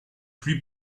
plus